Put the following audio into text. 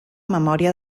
memòria